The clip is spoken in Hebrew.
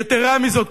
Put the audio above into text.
יתירה מזאת,